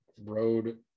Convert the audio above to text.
Road